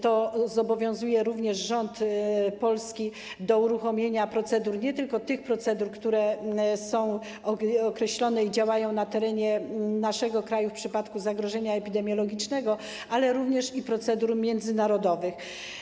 To zobowiązuje również polski rząd do uruchomienia procedur, nie tylko tych procedur, które są określone i działają na terenie naszego kraju w przypadku zagrożenia epidemiologicznego, ale również procedur międzynarodowych.